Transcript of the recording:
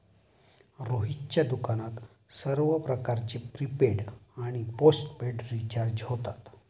रोहितच्या दुकानात सर्व प्रकारचे प्रीपेड आणि पोस्टपेड रिचार्ज होतात